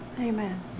Amen